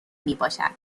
میباشد